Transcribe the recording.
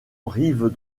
rive